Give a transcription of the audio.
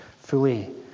fully